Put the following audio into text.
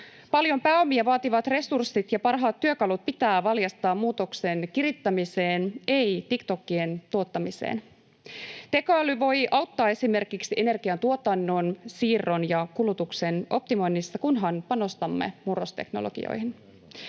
Paljon pääomia vaativat resurssit ja parhaat työkalut pitää valjastaa muutoksen kirittämiseen, ei tiktokkien tuottamiseen. Tekoäly voi auttaa esimerkiksi energian tuotannon, siirron ja kulutuksen optimoinnissa, kunhan panostamme murrosteknologioihin.